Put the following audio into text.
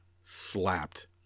slapped